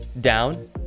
down